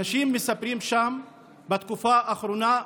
אנשים שם מספרים שבתקופה האחרונה,